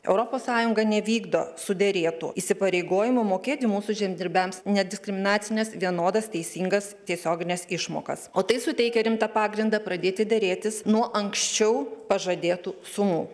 europos sąjunga nevykdo suderėtų įsipareigojimų mokėti mūsų žemdirbiams nediskriminacines vienodas teisingas tiesiogines išmokas o tai suteikia rimtą pagrindą pradėti derėtis nuo anksčiau pažadėtų sumų